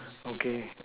okay